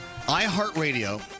iHeartRadio